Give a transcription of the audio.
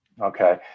okay